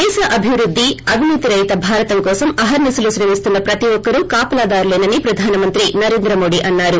దేశ అభివృద్ది అవినీతి రహిత భారతం కోసం అహర్సి శలు శ్రమిస్తున్న ప్రతిఒక్కరూ కాపలాదారులేనని ప్రధానమంత్రి నరేంద్ర మోదీ అన్నారు